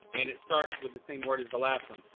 and it starts with the same word as the last one.